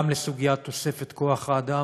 גם לסוגיית תוספת כוח האדם,